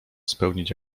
spełnić